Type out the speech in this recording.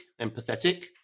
empathetic